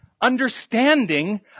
understanding